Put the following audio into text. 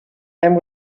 and